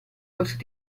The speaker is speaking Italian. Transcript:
questo